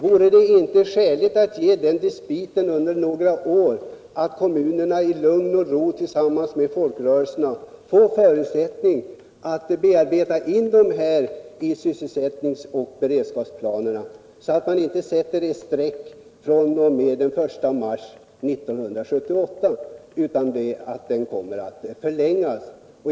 Vore det inte skäligt att förlänga respiten under några år, så att kommunerna i lugn och ro tillsammans med folkrörelserna får förutsättning att arbeta in de här objekten i sysselsättningsoch beredskapsplanerna, i stället för att sätta ett streck vid den 1 mars 1978?